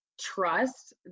trust